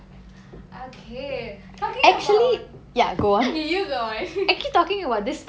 okay talking about you go on